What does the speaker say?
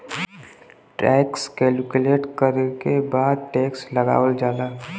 tax calculate करले के बाद टैक्स लगावल जाला